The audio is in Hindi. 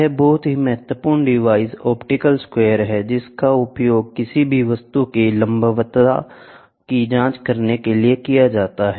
यह बहुत ही महत्वपूर्ण डिवाइस ऑप्टिकल स्क्वायर है जिसका उपयोग किसी भी वस्तु की लंबवतता की जांच करने के लिए किया जाता है